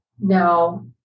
Now